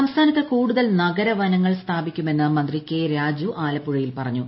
രാജു സംസ്ഥാനത്ത് കൂടുതൽ നഗരവനങ്ങൾ സ്ഥാപിക്കുമെന്ന് മന്ത്രി കെ രാജു ആലപ്പുഴയിൽ പറഞ്ഞു